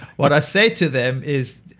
what i say to them is